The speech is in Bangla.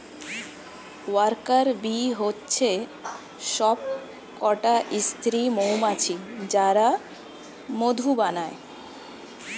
ওয়ার্কার বী হচ্ছে সবকটা স্ত্রী মৌমাছি যারা মধু বানায়